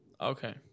Okay